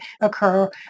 occur